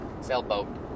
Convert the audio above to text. sailboat